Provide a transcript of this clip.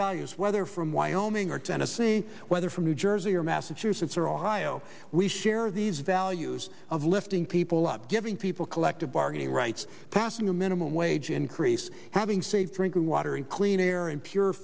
values whether from wyoming or tennessee whether from new jersey or massachusetts or ohio we share these values of lifting people up giving people collective bargaining rights passing a minimum wage increase having say drinking water in clean air and pure